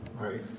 Right